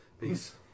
Peace